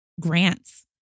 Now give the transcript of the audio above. grants